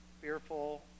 fearful